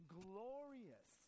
glorious